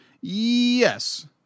yes